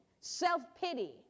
self-pity